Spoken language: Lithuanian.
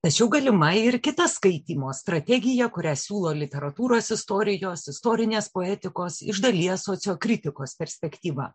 tačiau galima ir kita skaitymo strategija kurią siūlo literatūros istorijos istorinės poetikos iš dalies sociokritikos perspektyva